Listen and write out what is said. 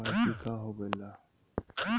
KYC का होवेला?